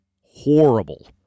horrible